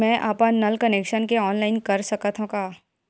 मैं अपन नल कनेक्शन के ऑनलाइन कर सकथव का?